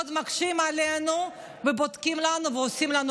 ועוד מקשים עלינו ובודקים לנו ועושים לנו